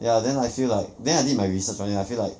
ya then I feel like then I did my research on it I feel like